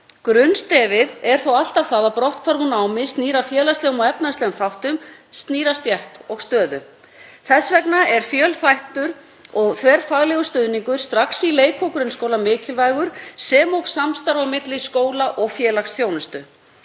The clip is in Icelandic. Grunnstefið er þó alltaf það að brotthvarf úr námi snýr að félagslegum og efnahagslegum þáttum, snýr að stétt og stöðu. Þess vegna er fjölþættur og þverfaglegur stuðningur strax í leik- og grunnskóla mikilvægur sem og samstarf á milli skóla og félagsþjónustu.